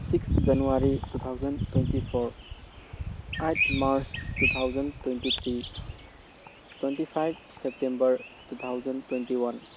six January two thousand twenty four eight March two thousand twenty three twenty five September two thousand twenty one